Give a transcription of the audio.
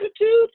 attitude